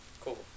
Cool